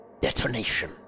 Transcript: detonation